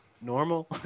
normal